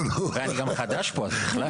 ואני גם חדש פה, אז בכלל.